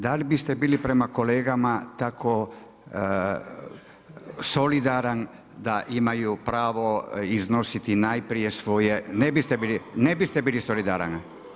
Da li biste bili prema kolegama tako solidaran da imaju pravo iznositi najprije svoje… … [[Upadica: ne čuje se.]] Ne biste bili solidaran?